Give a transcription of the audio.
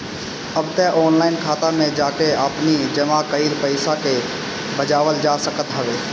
अब तअ ऑनलाइन खाता में जाके आपनी जमा कईल पईसा के भजावल जा सकत हवे